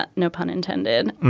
but no pun intended.